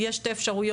יש שתי אפשרויות,